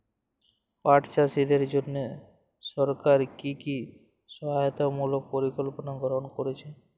পাট চাষীদের জন্য সরকার কি কি সহায়তামূলক পরিকল্পনা গ্রহণ করেছে?